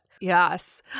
Yes